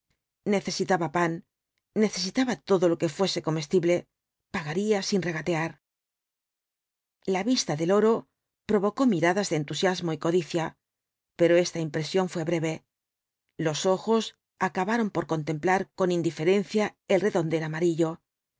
necesitaba pan necesitaba todo lo que fuese comestible pagaría sin regatear la vista del oro provocó miradas de entusiasmo y codicia pero esta impresión fué breve los ojos acabaron por contemplar con indiferencia el redondel amarillo